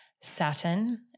Saturn